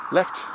Left